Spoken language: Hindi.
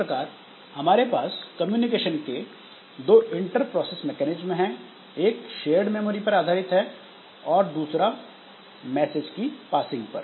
इस प्रकार हमारे पास कम्युनिकेशन के दो इंटरप्रोसेस मैकेनिज्म हैं एक शेयर्ड मेमोरी पर आधारित है और दूसरा मैसेज की पासिंग पर